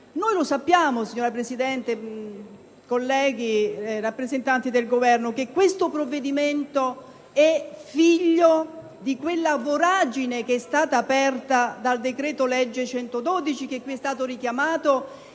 Sappiamo, signora Presidente, colleghi e rappresentanti del Governo, che questo provvedimento è figlio di quella voragine che è stata aperta dal decreto-legge n. 112 dello scorso anno, che qui è stato richiamato